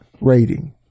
rating